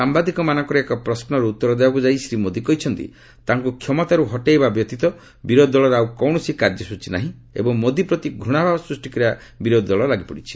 ସାମ୍ବାଦିକମାନଙ୍କର ଏକ ପ୍ରଶ୍ନର ଉତ୍ତରଦେବାକୁ ଯାଇ ଶ୍ରୀ ମୋଦି କହିଛନ୍ତି ତାଙ୍କ କ୍ଷମତାର୍ ହଟାଇବା ବ୍ୟତୀତ ବିରୋଧୀ ଦଳର ଆଉ କୌଣସି କାର୍ଯ୍ୟସ୍ଚୀ ନାହିଁ ଏବଂ ମୋଦି ପ୍ରତି ଘୂଣାଭାବ ସୃଷ୍ଟି କରିବା ବିରୋଧୀ ଦଳ ଲାଗିପଡ଼ିଛି